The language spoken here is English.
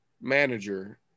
manager